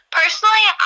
personally